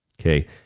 Okay